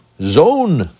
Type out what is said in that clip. zone